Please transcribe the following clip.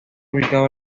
ubicado